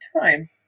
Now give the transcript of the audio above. time